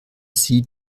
sie